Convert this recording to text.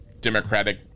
democratic